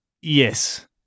Yes